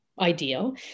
ideal